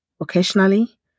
Occasionally